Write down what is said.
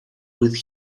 with